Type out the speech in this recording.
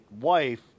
wife